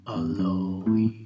alone